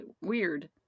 weird